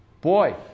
Boy